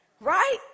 right